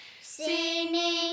Singing